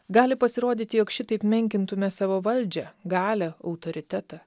gali pasirodyti jog šitaip menkintume savo valdžią galią autoritetą